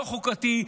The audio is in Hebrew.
לא חוקתי,